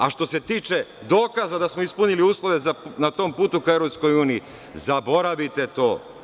A, što se tiče dokaza da smo ispunili uslove na tom putu ka EU, zaboravite to.